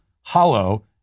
hollow